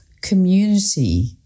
community